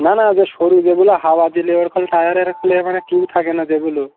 নানা বেস সরু যেগুলো হাওয়া দিলে ওরকম টায়ারের মে মানে থাকে না সেগুলো